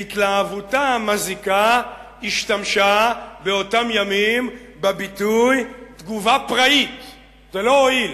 בהתלהבותה המזיקה השתמשה באותם ימים בביטוי "תגובה פראית"; זה לא הועיל,